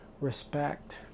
respect